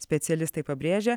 specialistai pabrėžia